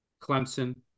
Clemson